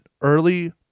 early